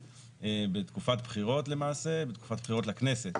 בתקופת בחירות לכנסת